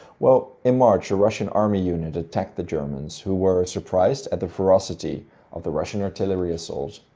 well, in march a russian army unit attacked the germans, who were surprised at the ferocity of the russian artillery assault.